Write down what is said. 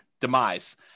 demise